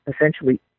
essentially